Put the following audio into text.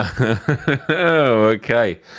Okay